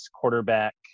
quarterback